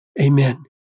amen